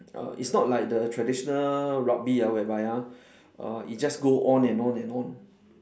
err it's not like the traditional rugby ya whereby ah err it just go on and on and on